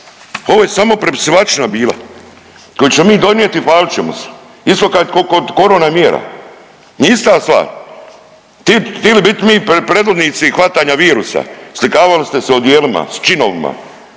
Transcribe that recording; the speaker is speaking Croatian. Ovo je samo prepisivačina bila, koju ćemo mi donijeti i falit ćemo se isto ka i kod korona mjera. Ista stvar, htili bit mi predvodnici hvatanja virusa, slikavali ste u odijelima s činovima,